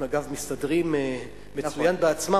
הם, אגב, מסתדרים מצוין בעצמם.